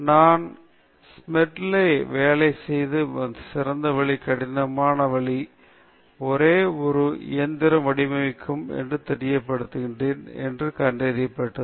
நான் ஸ்மெட்லே வேலை செய்ய சிறந்த வழி கடினமாக வேலை அவர் ஒரு இயந்திரம் வடிவமைக்கும் என்று தெரியப்படுத்துகிறேன் என்று கண்டறியப்பட்டது